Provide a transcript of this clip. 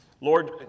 Lord